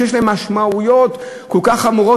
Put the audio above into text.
שיש להם משמעויות כל כך חמורות,